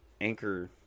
anchor